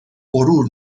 غرور